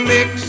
Mix